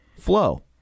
flow